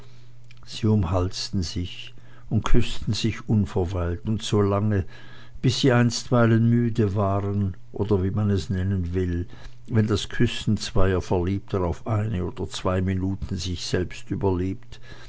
sie umhalsten sich und küßten sich unverweilt und so lange bis sie einstweilen müde waren oder wie man es nennen will wenn das küssen zweier verliebter auf eine oder zwei minuten sich selbst überlebt